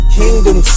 kingdom